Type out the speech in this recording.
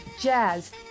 jazz